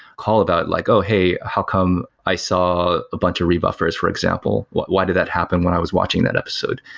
call about like, oh, hey. how come i saw a bunch of rebuffers for example? why did that happen when i was watching that episode?